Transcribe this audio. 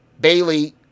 Bailey